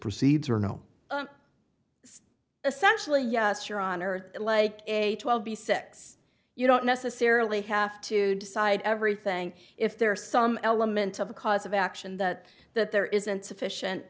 proceeds are no essentially yes your honor like a twelve b six you don't necessarily have to decide everything if there are some element of the cause of action that that there isn't sufficient